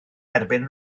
erbyn